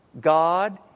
God